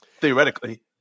Theoretically